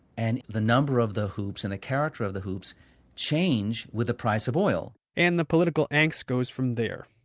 and the number of the hoops and the character of the hoops change with the price of oil and the political angst goes from there.